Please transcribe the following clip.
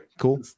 cool